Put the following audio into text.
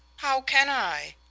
how can i?